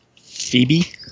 Phoebe